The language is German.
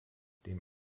dem